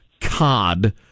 cod